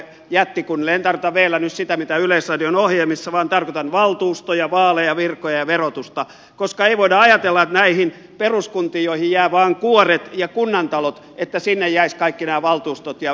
en tarkoita vllä nyt sitä mitä yleisradion ohjelmissa vaan tarkoitan valtuustoja vaaleja virkoja ja verotusta koska ei voida ajatella että näihin peruskuntiin joihin jää vain kuoret ja kunnantalot jäisivät kaikki nämä valtuustot ja virat sun muut